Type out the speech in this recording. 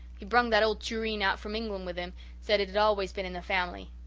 he brung that old tureen out from england with him said it'd always been in the family.